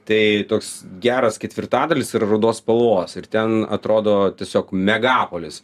tai toks geras ketvirtadalis yra rudos spalvos ir ten atrodo tiesiog megapolis